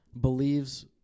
Believes